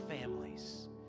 families